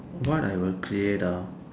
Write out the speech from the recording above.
what I will create ah